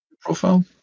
profile